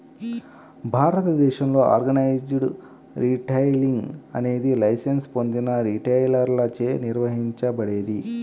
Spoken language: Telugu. భారతదేశంలో ఆర్గనైజ్డ్ రిటైలింగ్ అనేది లైసెన్స్ పొందిన రిటైలర్లచే నిర్వహించబడేది